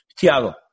Tiago